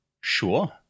Sure